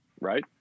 Right